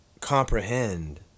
comprehend